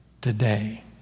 today